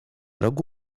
rogu